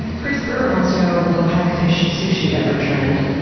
chris brewer wants to know will hagfish sushi ever trend?